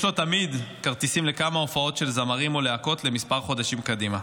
יש לו תמיד כרטיסים לכמה הופעות של זמרים או להקות לכמה חודשים קדימה.